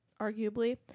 arguably